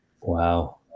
Wow